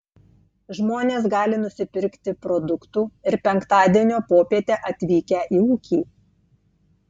žmonės gali nusipirkti produktų ir penktadienio popietę atvykę į ūkį